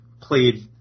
played